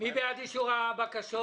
מי בעד אישור הבקשות?